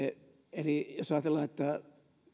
eli jos ajatellaan että